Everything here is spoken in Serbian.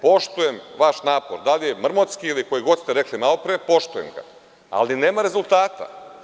Poštujem vaš napor, da li je mrmutski ili koji god ste rekli malopre, poštujem ga, ali nema rezultata.